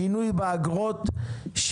שינוי באגרות,